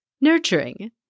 nurturing